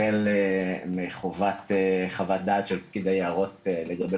החל מחובת חוות דעת של פקיד היערות לגבי